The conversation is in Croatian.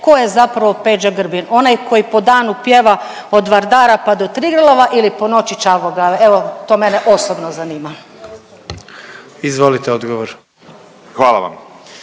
tko je zapravo Peđa Grbin, onaj koji po danu pjeva od Vardara pa do Triglava ili po noći Čavoglave, evo to mene osobno zanima. **Jandroković, Gordan